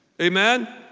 Amen